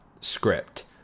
script